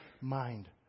mind